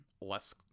less